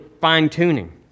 fine-tuning